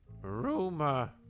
rumor